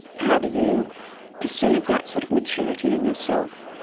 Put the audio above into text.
how do you perceive that sort of maturity in yourself?